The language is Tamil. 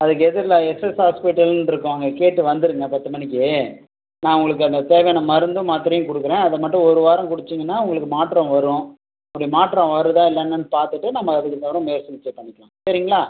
அதுக்கு எதிரில் எஸ்எஸ் ஹாஸ்பிட்டல்னு இருக்கும் அங்கே கேட்டு வந்துடுங்க பத்து மணிக்கு நான் உங்களுக்கு அந்த தேவையான மருந்தும் மாத்திரையும் கொடுக்குறேன் அதை மட்டும் ஒரு வாரம் குடித்தீங்கனா உங்களுக்கு மாற்றம் வரும் அப்படி மாற்றம் வருதா இல்லையா என்னன்னு பார்த்துட்டு நம்ம அதுக்கப்புறம் மேல் சிகிச்சை பண்ணிக்கலாம் சரிங்களா